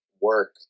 work